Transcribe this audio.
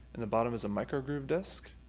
and the bottom is a microgroove disc.